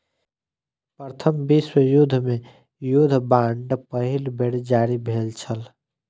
प्रथम विश्व युद्ध मे युद्ध बांड पहिल बेर जारी भेल छल